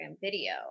video